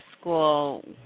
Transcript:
school